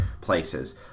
places